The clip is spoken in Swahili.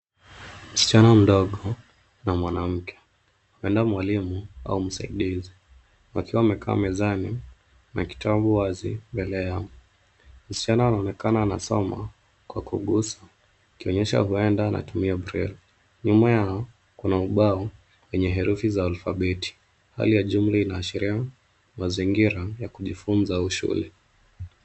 Msichana mdogo na mwanamke, huenda mwalimu au msaidizi, wakiwa wamekaa mezani na kitabu wazi mbele yao. Msichana anaonekana anasoma kwa kugusa akionyesha huenda anatumia braille . Nyuma yao kuna ubao wenye herufi za alfabeti. Hali ya jumla inaashiria mazingira ya kujifunza au shule.